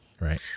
right